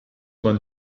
man